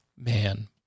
man